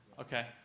Okay